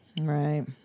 Right